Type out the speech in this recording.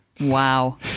Wow